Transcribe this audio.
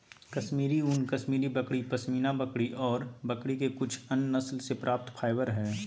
कश्मीरी ऊन, कश्मीरी बकरी, पश्मीना बकरी ऑर बकरी के कुछ अन्य नस्ल से प्राप्त फाइबर हई